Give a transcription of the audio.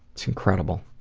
it's incredible.